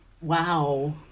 Wow